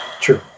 True